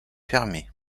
fermés